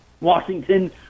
Washington